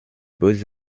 beaux